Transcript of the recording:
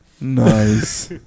Nice